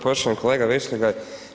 Poštovani kolega VEšligaj.